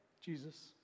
Jesus